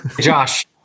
Josh